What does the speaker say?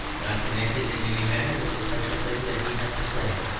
not connected in any manner with the special thing that he had to say.